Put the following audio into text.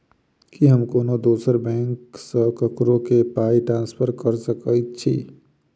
की हम कोनो दोसर बैंक सँ ककरो केँ पाई ट्रांसफर कर सकइत छि?